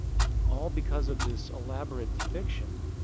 all because of this elaborate fiction.